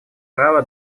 права